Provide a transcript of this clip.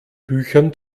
büchern